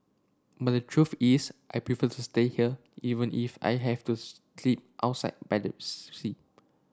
but the truth is I prefer to stay here even if I have to sleep outside by the